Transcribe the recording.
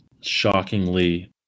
shockingly